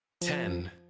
Ten